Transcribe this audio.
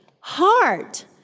heart